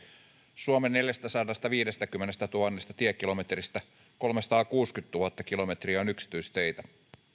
suomen neljästäsadastaviidestäkymmenestätuhannesta tiekilometristä kolmesataakuusikymmentätuhatta kilometriä on yksityisteitä